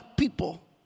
People